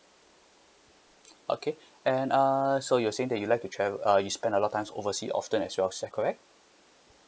okay and uh so you're saying that you like to trav~ uh you spend a lot times overseas often as yourself correct